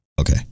Okay